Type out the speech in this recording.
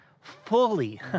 fully